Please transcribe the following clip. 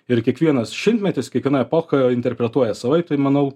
ir kiekvienas šimtmetis kiekviena epocha interpretuoja savaiptai manau